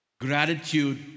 Gratitude